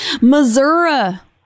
missouri